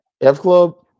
F-Club